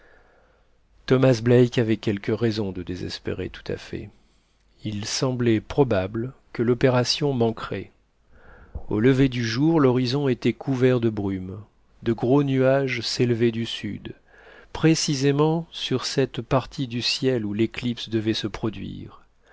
thomas black avait quelques raisons de désespérer tout à fait il semblait probable que l'opération manquerait au lever du jour l'horizon était couvert de brumes de gros nuages s'élevaient du sud précisément sur cette partie du ciel où l'éclipse devait se produire